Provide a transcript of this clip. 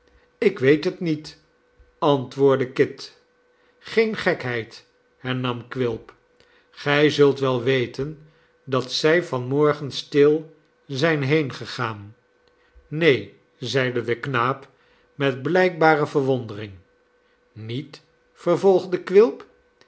ik weet het niet antwoordde kit geen gekheid hernam quilp gij zult wel weten dat zij van morgen stil zijn heengegaan neen zeide de knaap met blijkbare verwondering niet vervolgde quilp